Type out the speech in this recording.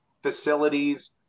facilities